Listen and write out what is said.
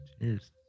Cheers